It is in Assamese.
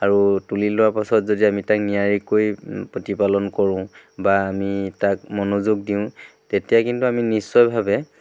আৰু তুলি লোৱাৰ পাছত যদি আমি তাক নিয়াৰিকৈ প্ৰতিপালন কৰোঁ বা আমি তাক মনোযোগ দিওঁ তেতিয়া কিন্তু আমি নিশ্চয়ভাৱে